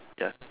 ya